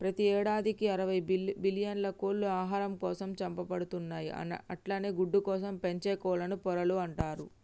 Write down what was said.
ప్రతి యేడాదికి అరవై బిల్లియన్ల కోళ్లు ఆహారం కోసం చంపబడుతున్నయి అట్లనే గుడ్లకోసం పెంచే కోళ్లను పొరలు అంటరు